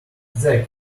zak